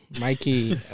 Mikey